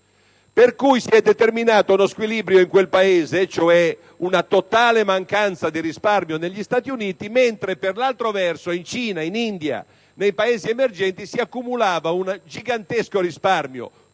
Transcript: per cui si è determinato uno squilibrio in quel Paese, cioè una totale mancanza di risparmio negli Stati Uniti, mentre per altro verso, in Cina, in India, nei Paesi emergenti, si accumulava un gigantesco risparmio,